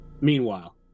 Meanwhile